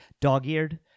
dog-eared